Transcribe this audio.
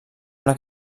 una